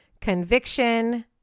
conviction